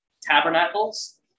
Tabernacles